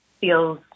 feels